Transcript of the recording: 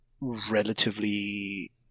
relatively